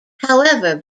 however